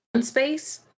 space